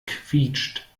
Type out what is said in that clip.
quietscht